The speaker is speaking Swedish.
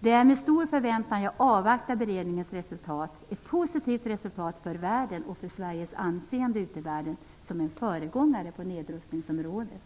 Det är med stor förväntan jag avvaktar beredningens resultat - ett positivt resultat för världen och för Sveriges anseende ute i världen som en föregångare på nedrustningsområdet.